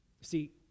See